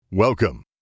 Welcome